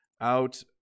out